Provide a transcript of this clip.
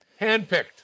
Handpicked